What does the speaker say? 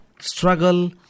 struggle